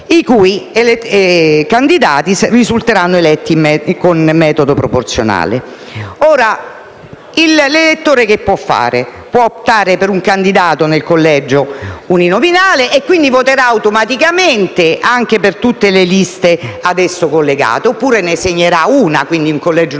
i cui candidati risulteranno eletti con metodo proporzionale. L'elettore può optare per un candidato nel collegio uninominale, e quindi votare automaticamente anche per tutte le liste ad esso collegate, oppure ne indicherà una, quindi un collegio uninominale